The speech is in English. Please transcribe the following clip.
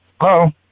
Hello